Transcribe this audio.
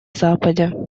западе